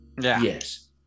Yes